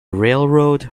railroad